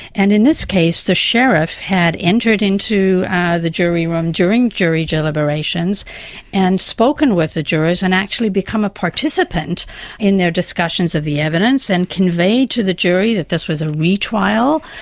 and in this case the sheriff had entered into the jury room during jury deliberations and had spoken with the jurors and actually become a participant in their discussions of the evidence and conveyed to the jury that this was a retrial,